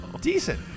Decent